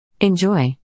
Enjoy